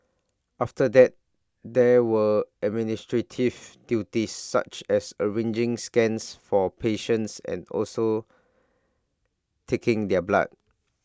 after that there were administrative duties such as arranging scans for patients and also taking their blood